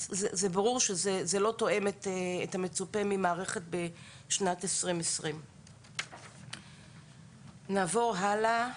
אז זה ברור שזה לא תואם את המצופה ממערכת בשנת 2020. נעבור הלאה.